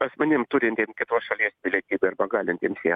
asmenim turintiem kitos šalies pilietybę arba galintiems ją